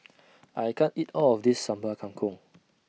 I can't eat All of This Sambal Kangkong